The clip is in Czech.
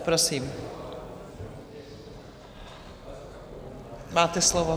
Prosím, máte slovo.